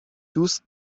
دوست